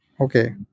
Okay